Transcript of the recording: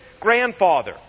grandfather